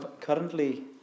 currently